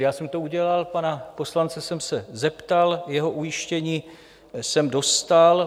Já jsem to udělal, pana poslance jsem se zeptal, jeho ujištění jsem dostal.